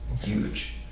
huge